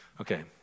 Okay